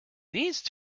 these